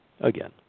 Again